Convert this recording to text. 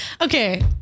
Okay